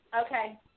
Okay